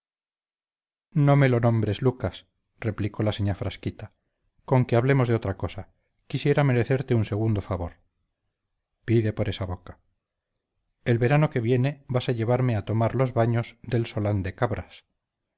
no me lo nombres lucas replicó la señá frasquita conque hablemos de otra cosa quisiera merecerte un segundo favor pide por esa boca el verano que viene vas a llevarme a tomar los baños del solán de cabras